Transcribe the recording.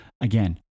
again